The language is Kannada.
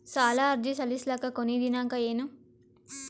ಸಾಲ ಅರ್ಜಿ ಸಲ್ಲಿಸಲಿಕ ಕೊನಿ ದಿನಾಂಕ ಏನು?